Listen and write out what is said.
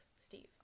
steve